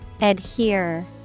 Adhere